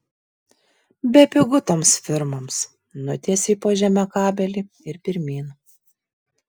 bepigu toms firmoms nutiesei po žeme kabelį ir pirmyn